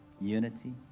unity